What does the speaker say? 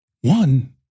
one